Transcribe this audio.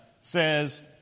says